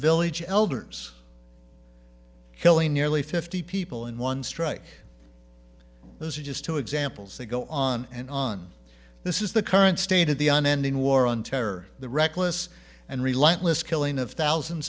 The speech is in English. village elders killing nearly fifty people in one strike those are just two examples they go on and on this is the current state of the on ending war on terror the reckless and relight list killing of thousands